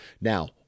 Now